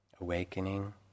awakening